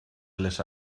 les